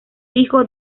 hijo